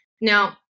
Now